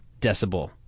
decibel